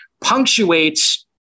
punctuates